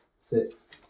six